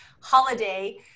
holiday